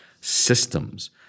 systems